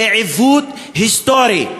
זה עיוות היסטורי.